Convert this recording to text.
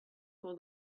for